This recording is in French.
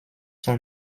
son